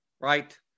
right